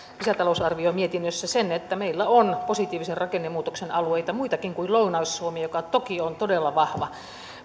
lisätalousarviomietinnössä sen että meillä on positiivisen rakennemuutoksen alueita muitakin kuin lounais suomi joka toki on todella vahva